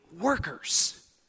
workers